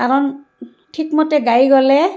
কাৰণ ঠিকমতে গাই গ'লে